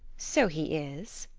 so he is.